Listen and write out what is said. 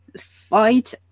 fight